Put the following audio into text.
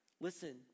Listen